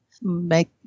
make